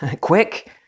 Quick